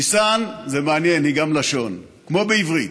לישן, זה מעניין, היא גם לשון, כמו בעברית,